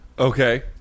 Okay